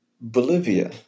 Bolivia